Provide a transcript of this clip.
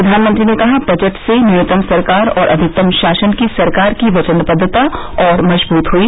प्रधानमंत्री ने कहा बजट से न्यूनतम सरकार और अधिकतम शासन की सरकार की वचनबद्दता और मजबूत हुई